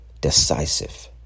decisive